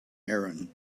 aaron